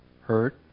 hurt